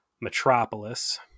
metropolis